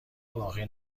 باقی